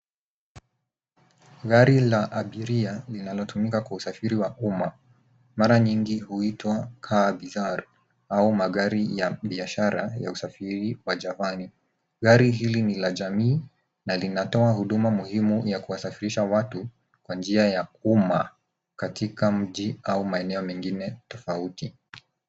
Gari la abiria linalo tumika kusafiri wa umma mara nyingi huitwa RVR au magari ya biashara ya usafiri wa Japan. Gari hili ni la jamii na linatoa huduma muhimu ya kuwasafirisha watu kwa njia ya umma katika mji au maeneo mingine tafauti.